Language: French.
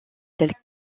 telles